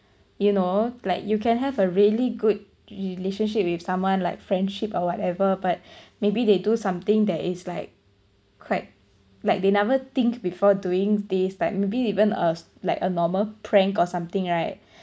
you know like you can have a really good relationship with someone like friendship or whatever but maybe they do something that is like quite like they never think before doing this like maybe even a like a normal prank or something right